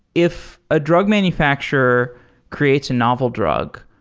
if a drug manufacturer creates a novel drug,